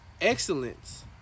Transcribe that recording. Excellence